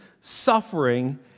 suffering